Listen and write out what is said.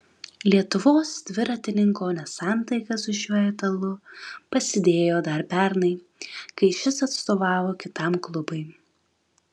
lietuvos dviratininko nesantaika su šiuo italu pasidėjo dar pernai kai šis atstovavo kitam klubui